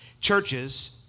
churches